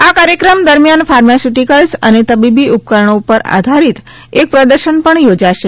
આ કાર્યક્રમ દરમિયાન ફાર્માસ્યુટિકલ્સ અને તબીબી ઉપકરણો પર આધારિત એક પ્રદર્શન પણ યોજાશે